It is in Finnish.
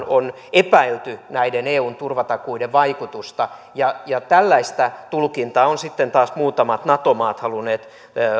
on epäilty näiden eun turvatakuiden vaikutusta ja ja tällaista tulkintaa ovat sitten taas muutamat nato maat halunneet